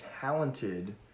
talented